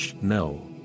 no